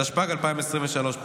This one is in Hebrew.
התשפ"ג 2023,